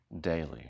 daily